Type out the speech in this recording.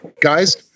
guys